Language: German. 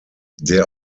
der